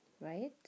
Right